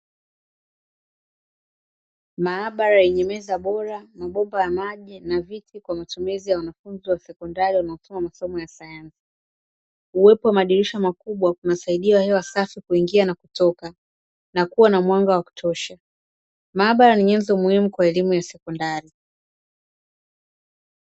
Maabara yenye meza bora, mabomba ya maji na viti kwa matumizi ya wanafunzi wa sekondari, wanaosoma masomo ya sayansi. Uwepo wa madirisha makubwa unasaidia hewa safi kuingia na kutoka, na kuwa na mwanga wakutosha. Maabara ni nyenzo muhimu kwa elimu ya sekondari.